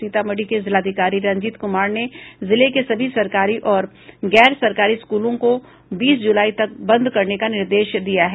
सीतामढ़ी के जिलाधिकारी रंजीत कुमार ने जिले के सभी सरकारी और गैरसरकारी स्कूलों को बीस जुलाई तक बंद करने का निर्देश दिया है